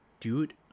Dude